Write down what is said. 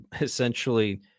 essentially